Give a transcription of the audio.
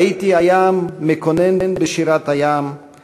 "ראיתי הים מקונן בשירת הים /